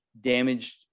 damaged